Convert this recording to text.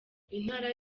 intara